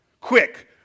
Quick